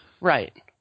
Right